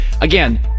again